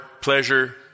pleasure